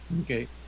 Okay